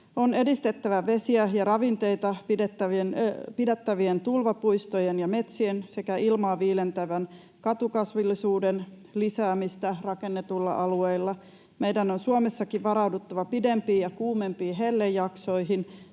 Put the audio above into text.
On edistettävä vesiä ja ravinteita pidättävien tulvapuistojen ja metsien sekä ilmaa viilentävän katukasvillisuuden lisäämistä rakennetuilla alueilla. Meidän on Suomessakin varauduttava pidempiin ja kuumempiin hellejaksoihin,